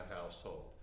household